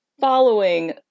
following